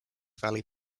valley